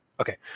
Okay